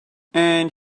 and